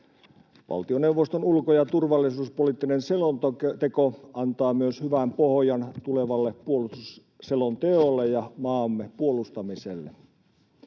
Valtioneuvoston ulko- ja turvallisuuspoliittinen selonteko antaa myös hyvän pohjan tulevalle puolustusselonteolle ja maamme puolustamiselle.